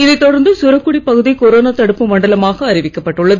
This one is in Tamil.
இதை தொடர்ந்து சுரக்குடி பகுதி கொரோனா தடுப்பு மண்டலமாக அறிவிக்கப்பட்டுள்ளது